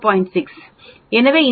6 எனவே இந்த பகுதி 2